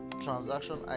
transaction